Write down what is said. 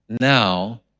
now